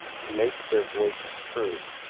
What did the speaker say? to make their voices heard,